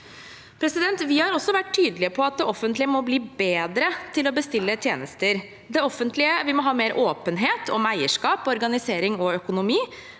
opererer i. Vi har også vært tydelig på at det offentlige må bli bedre til å bestille tjenester. Vi må ha mer åpenhet om eierskap, organisering og økonomi.